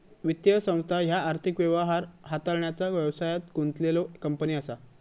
वित्तीय संस्था ह्या आर्थिक व्यवहार हाताळण्याचा व्यवसायात गुंतलेल्यो कंपनी असा